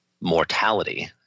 mortality